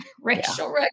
racial